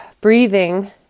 breathing